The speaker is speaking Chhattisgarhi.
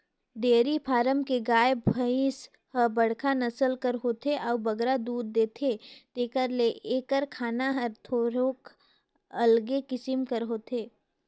डेयरी फारम के गाय, भंइस ह बड़खा नसल कर होथे अउ बगरा दूद देथे तेकर ले एकर खाना हर थोरोक अलगे किसिम कर होथे